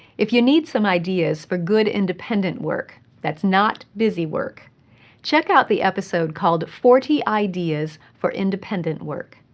if you need some ideas for good independent work that's not busywork check out the episode called forty ideas for independent work.